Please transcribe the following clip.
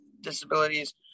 Disabilities